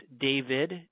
David